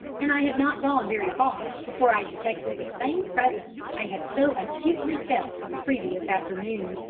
and i had not gone very far before i detected the same presence i had so acutely felt the previous afternoon.